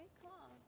cool